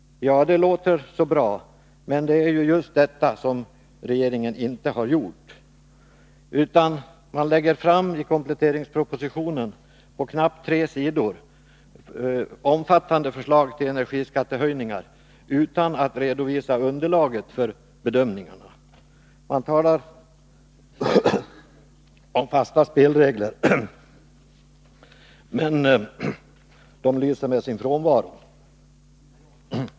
Det låter bra, men det är ju just detta som regeringen inte har gjort, utan man lägger i kompletteringspropositionen — på knappt tre sidor — fram omfattande förslag till energiskattehöjningar utan att redovisa underlaget för bedömningarna. Man talar om fasta spelregler, men de lyser med sin frånvaro.